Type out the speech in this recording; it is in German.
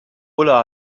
ulla